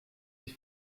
die